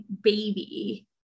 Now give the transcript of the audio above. baby